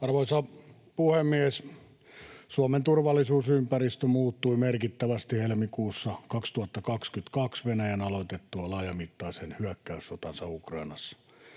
Arvoisa puhemies! Suomen turvallisuusympäristö muuttui merkittävästi helmikuussa 2022 Venäjän aloitettua laajamittaisen hyökkäyssotansa Ukrainassa.